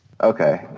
Okay